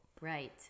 right